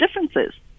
differences